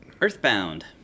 Earthbound